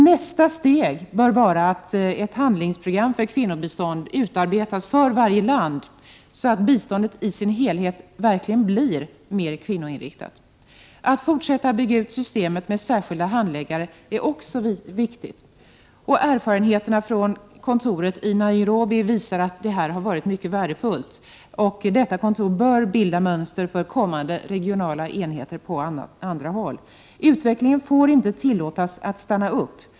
Nästa steg bör vara att ett handlingsprogram för kvinnobiståndet utarbetas för varje land, så att biståndet i sin helhet verkligen blir mer kvinnoinriktat. Att fortsätta arbetet med att bygga ut systemet med särskilda handläggare är också viktigt. Erfarenheterna från kontoret i Nairobi visar att det här har varit mycket värdefullt. Detta kontor bör bilda mönster för kommande regionala enheter på andra håll. Utvecklingen får inte tillåtas att stanna upp!